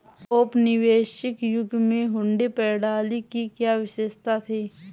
औपनिवेशिक युग में हुंडी प्रणाली की क्या विशेषता थी?